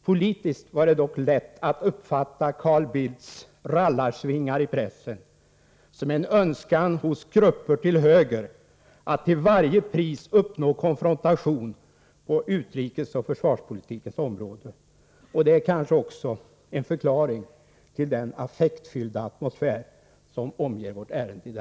Politiskt var det dock lätt att uppfatta Carl Bildts rallarsvingar i pressen som uttryck för en önskan hos grupper till höger att till varje pris uppnå konfrontation på utrikesoch försvarspolitikens område. Detlär kanske också en förklaring till den affektfyllda atmosfär som omger detta ärende.